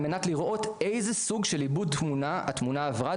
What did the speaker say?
מנת לראות איזה סוג של עיבוד תמונה התמונה עברה,